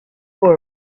first